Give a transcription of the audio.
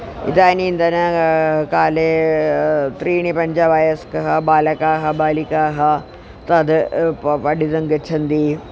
इदानीन्तनकाले त्रीणि पञ्चवयस्कः बालकाः बालिकाः तद् पठितुं गच्छन्ति